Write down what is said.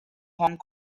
hong